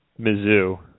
Mizzou